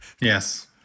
yes